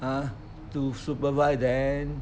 !huh! to supervise them